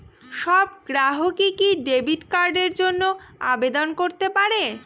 সব গ্রাহকই কি ডেবিট কার্ডের জন্য আবেদন করতে পারে?